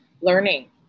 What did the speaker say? learning